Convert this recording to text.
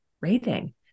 rating